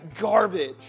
garbage